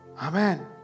Amen